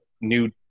new